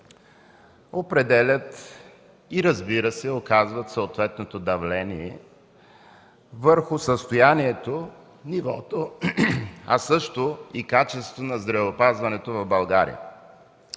определят и, разбира се, оказват съответното давление върху състоянието, нивото, а също и качеството на здравеопазването в България.